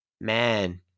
Man